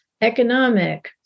Economic